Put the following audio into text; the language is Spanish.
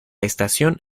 estación